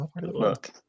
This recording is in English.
Look